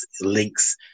links